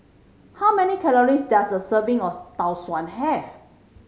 how many calories does a serving of Tau Suan have